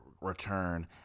return